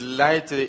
light